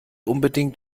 unbedingt